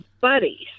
buddies